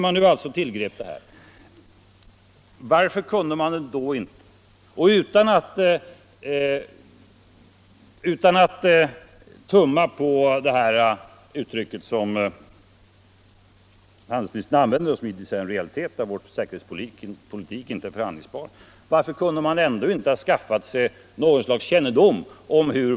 Handelsministern säger att vår säkerhetspolitik ”inte är förhandlingsbar” och det skall man inte tumma på.